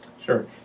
Sure